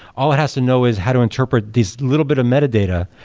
all it has to know is how to interpret these little bit of metadata,